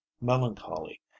melancholy